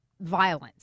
violence